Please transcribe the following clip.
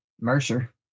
mercer